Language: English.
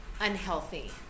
unhealthy